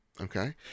okay